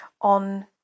on